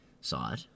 side